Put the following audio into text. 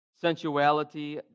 sensuality